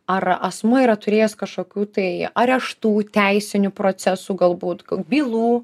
ar asmuo yra turėjęs kažkokių tai areštų teisinių procesų galbūt bylų